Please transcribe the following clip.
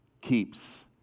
keeps